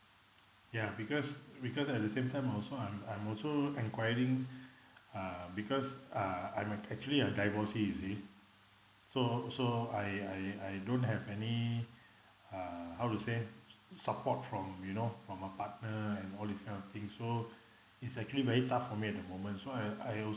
yeah because because at the same time also I'm I'm also enquiring uh because uh I'm a actually a divorcee you see so so I I I don't have any uh how to say support from you know from a partner and all this kind of things so it's actually very tough for me at the moment so I I